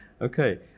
okay